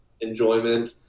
enjoyment